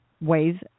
ways